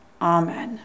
Amen